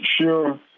sure